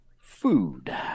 food